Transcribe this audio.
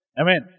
Amen